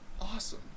Awesome